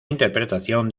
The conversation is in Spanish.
interpretación